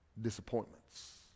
disappointments